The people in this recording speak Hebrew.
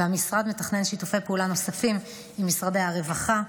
והמשרד מתכנן שיתופי פעולה נוספים עם משרדי הרווחה,